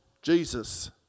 Jesus